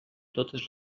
totes